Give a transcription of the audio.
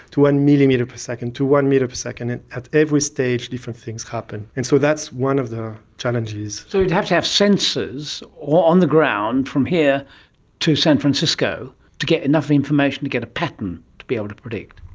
to one millimetre per second, to one metre per second, and at every stage different things happen. and so that's one of the challenges. so you'd have to have sensors on the ground from here to san francisco to get enough information, to get a pattern to be able to predict?